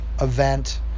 event